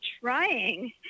trying